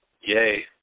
Yay